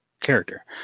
character